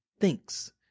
thinks